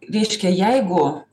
reiškia jeigu